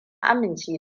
amince